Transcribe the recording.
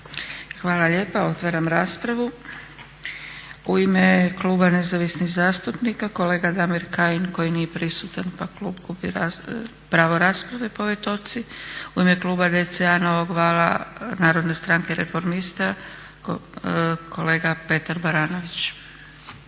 Hvala lijepa. Otvaram raspravu. U ime Kluba nezavisnih zastupnika kolega Damir Kajin koji nije prisutan pa klub gubi pravo rasprave po ovoj točci. U ime Kluba DC-a, Novog vala, Narodne stranke reformista kolega Petar Baranović.